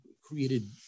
created